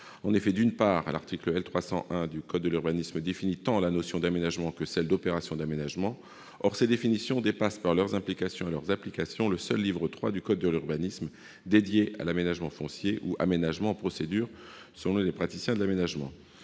D'une part, l'article L. 300-1 du code de l'urbanisme définit tant la notion d'aménagement que celle d'opération d'aménagement. Or ces définitions dépassent par leurs implications et leurs applications le seul livre III du code de l'urbanisme dédié à l'aménagement foncier, ou « aménagement en procédures » selon les praticiens de l'aménagement.